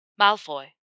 Malfoy